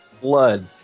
Blood